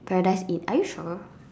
paradise it are you sure